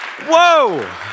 Whoa